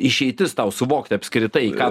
išeitis tau suvokti apskritai ką